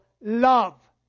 love